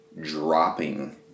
dropping